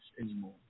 anymore